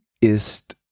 ist